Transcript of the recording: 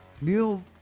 Neil